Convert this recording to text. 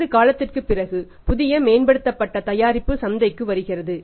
சிறிது காலத்திற்குப் பிறகு புதிய மேம்படுத்தப்பட்ட தயாரிப்பு சந்தைக்கு வருகிறது